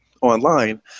online